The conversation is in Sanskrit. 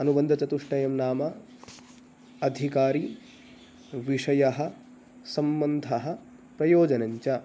अनुबन्ध चतुष्टयं नाम अधिकारी विषयः सम्बन्धः प्रयोजनं च